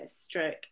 stroke